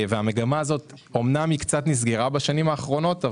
המגמה הזאת אמנם קצת נסגרה בשנים האחרונות,